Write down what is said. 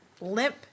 limp